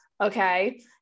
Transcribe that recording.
Okay